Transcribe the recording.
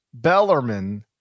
Bellerman